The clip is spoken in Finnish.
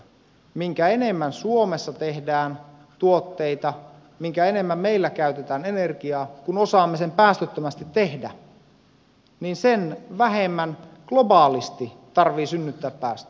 minkä enemmän suomessa tehdään tuotteita minkä enemmän meillä käytetään energiaa kun osaamme sen päästöttömästi tehdä niin sen vähemmän globaalisti tarvitsee synnyttää päästöjä